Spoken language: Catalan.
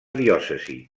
diòcesis